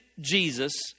Jesus